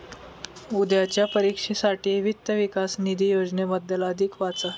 उद्याच्या परीक्षेसाठी वित्त विकास निधी योजनेबद्दल अधिक वाचा